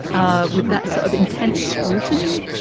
ah with that sort of intense scrutiny,